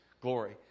glory